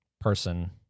person